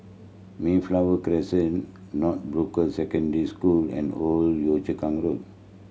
Mayflower Crescent Northbrooks Secondary School and Old Yio Chu Kang Road